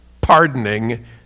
pardoning